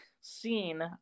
seen